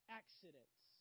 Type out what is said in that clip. accidents